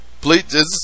Please